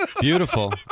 Beautiful